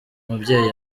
mubyeyi